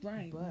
Right